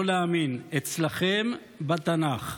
לא להאמין: "אצלכם בתנ"ך".